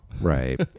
Right